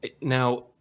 Now